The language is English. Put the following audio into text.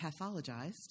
pathologized